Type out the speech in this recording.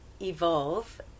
evolve